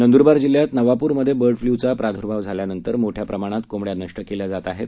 नंदुरबारजिल्ह्यातनवापूरमध्येबर्डफ्लूचाप्रादुर्भावझाल्यानंतरमोठ्याप्रमाणातकोंबङ्यानष्टकेल्याजातआहेत